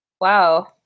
Wow